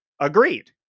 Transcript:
Agreed